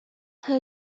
her